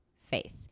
faith